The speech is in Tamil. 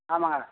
ஆமாங்க